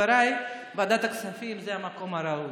ועדת הכספים זה המקום הראוי.